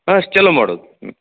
ಹಾಂ ಚಲು ಮಾಡೋದು ಹ್ಞೂ